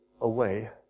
away